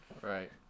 right